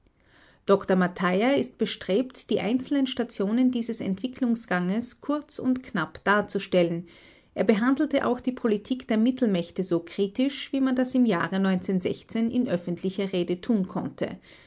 dr mataja ist bestrebt die einzelnen stationen dieses entwicklungsganges kurz und knapp darzustellen er behandelte auch die politik der mittelmächte so kritisch wie man das im jahre in öffentlicher rede tun konnte